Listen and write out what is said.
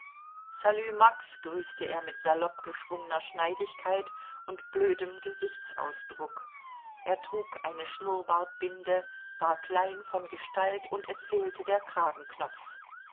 salü max grüßte er mit salopp geschwungener schneidigkeit und blödem gesichtsausdruck er trug eine schnurrbartbinde war klein von gestalt und es fehlte der kragenknopf